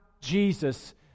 Jesus